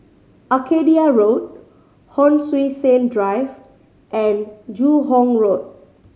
Arcadia Road Hon Sui Sen Drive and Joo Hong Road